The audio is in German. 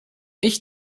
ich